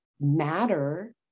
matter